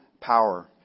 power